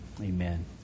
Amen